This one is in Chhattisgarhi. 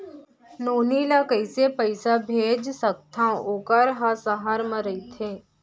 नोनी ल कइसे पइसा भेज सकथव वोकर ह सहर म रइथे?